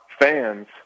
fans